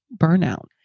burnout